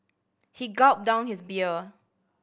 he gulped down his beer